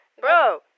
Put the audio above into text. Bro